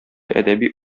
әдәби